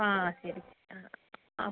ആ ശരി ആ ആ